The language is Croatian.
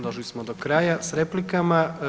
Došli smo do kraja s replikama.